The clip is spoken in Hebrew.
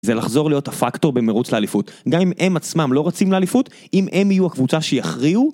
זה לחזור להיות הפקטור במרוץ לאליפות. גם אם הם עצמם לא רצים לאליפות, אם הם יהיו הקבוצה שיכריעו...